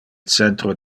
centro